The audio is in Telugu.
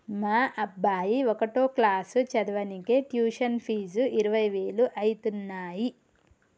మా అబ్బాయి ఒకటో క్లాసు చదవనీకే ట్యుషన్ ఫీజు ఇరవై వేలు అయితన్నయ్యి